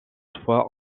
toutefois